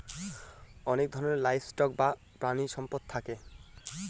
অনেক রকমের livestock বা প্রানীসম্পদ থাকে